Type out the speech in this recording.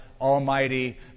Almighty